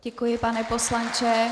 Děkuji, pane poslanče.